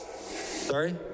Sorry